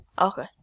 Okay